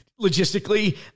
logistically